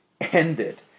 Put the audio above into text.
ended